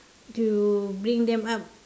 to bring them up